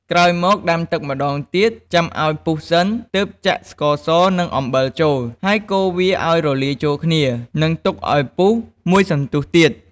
ក្រោយមក ដាំទឹកម្ដងទៀត ចាំឱ្យពុះសិន ទើបចាក់ស្ករសនិងអំបិលចូល ហើយកូរវាឱ្យរលាយចូលគ្នា និងទុកឱ្យពុះមួយសន្ទុះទៀត។